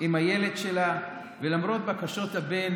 עם הילד שלה, ולמרות בקשות הבן